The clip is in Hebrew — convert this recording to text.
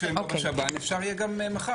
כשהם לא בשב"ן, אפשר יהיה גם מחר.